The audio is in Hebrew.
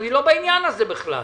אני לא בעניין הזה בכלל,